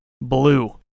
BLUE